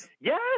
Yes